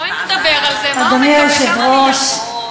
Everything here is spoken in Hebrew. אדוני היושב-ראש,